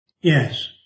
Yes